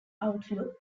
outlook